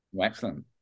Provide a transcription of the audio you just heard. Excellent